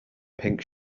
pink